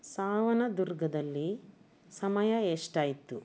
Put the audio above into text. ಸಾವನದುರ್ಗದಲ್ಲಿ ಸಮಯ ಎಷ್ಟಾಯಿತು